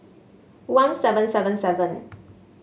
one seven seven seven